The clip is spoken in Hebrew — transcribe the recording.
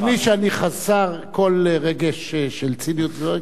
שאני חסר כל רגש של ציניות ודברים כאלה,